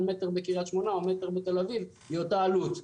בקריית שמונה או מטר בתל אביב היא אותה עלות,